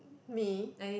me